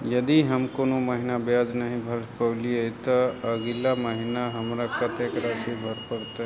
यदि हम कोनो महीना ब्याज नहि भर पेलीअइ, तऽ अगिला महीना हमरा कत्तेक राशि भर पड़तय?